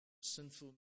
sinful